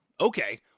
Okay